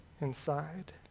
Inside